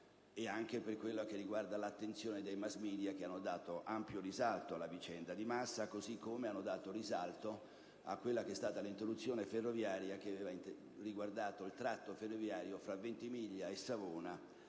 e anche per quello che riguarda l'attenzione dei *mass media* che hanno dato ampio risalto alla vicenda di Massa, così come hanno dato risalto all'interruzione ferroviaria che aveva riguardato in Liguria il tratto ferroviario fra Ventimiglia e Savona.